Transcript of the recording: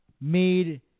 made